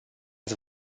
ați